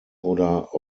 oder